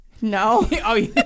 No